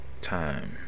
time